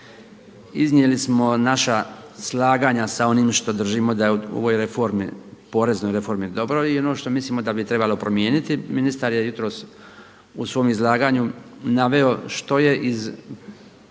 iznijeli smo naša slaganja sa onim što držimo da u ovoj reformi, poreznoj reformi dobro i ono što mislimo da bi trebalo promijeniti. Ministar je jutros u svom izlaganju naveo što je iz